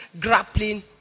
grappling